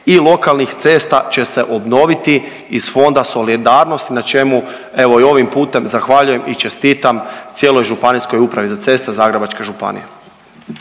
i lokalnih cesta će se obnoviti iz Fonda solidarnosti na čemu evo i ovim putem zahvaljujem i čestitam cijeloj ŽUC Zagrebačke županije.